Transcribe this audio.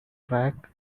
track